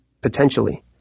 potentially